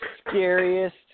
scariest